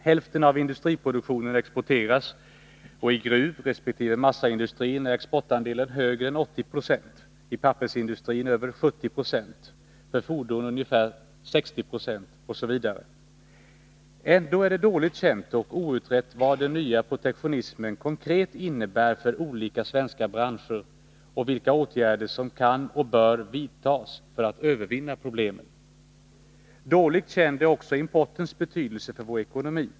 Hälften av industriproduktionen exporteras och i gruvresp. massaindustrin är exportandelen större än 80 90, i pappersindustrin över 70 96, för fordon ungefär 60 26 osv. Ändå är det dåligt känt och outrett vad den nya protektionismen konkret innebär för olika svenska branscher, och vilka åtgärder som kan och bör vidtas för att övervinna problemen. Dåligt känd är också importens betydelse för vår ekonomi.